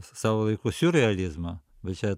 savo laiku siurrealizmą bet čia